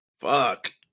Fuck